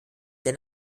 der